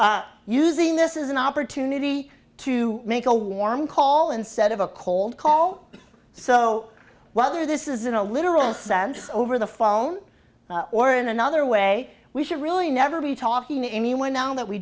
right using this is an opportunity to make a warm call instead of a cold call so whether this is in a literal sense over the phone or in another way we should really never be talking to anyone now that we